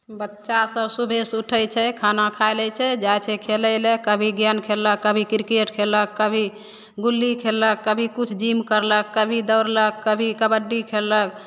बच्चा सभ सुबहसे उठै छै खाना खाइ लै छै जाइ छै खेलै ले कभी गेन खेललक कभी किरकेट खेललक कभी गुल्ली खेललक कभी किछु जिम करलक कभी दौड़लक कभी कबड्डी खेललक